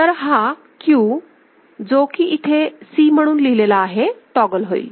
तर हा Q जो की इथे C म्हणून लिहिलेला आहे टॉगल होईल